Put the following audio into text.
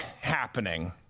happening